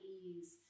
ease